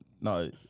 No